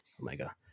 Omega